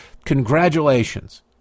Congratulations